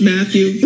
Matthew